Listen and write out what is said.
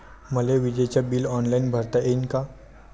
मले विजेच bill online भरता येईन का?